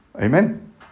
Amen